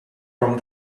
from